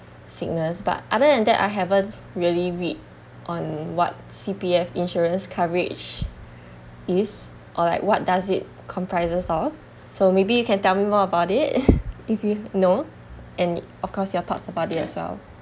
sickness but other than that I haven't really read on what C_P_F insurance coverage is or like what does it comprises of so maybe you can tell me more about it if you know and of course your thoughts about it as well